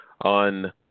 on